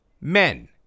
Men